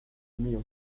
mío